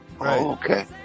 okay